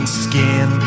skin